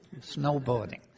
snowboarding